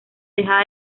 dejada